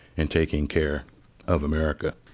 and taking care of america.